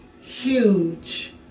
huge